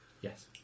Yes